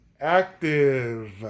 active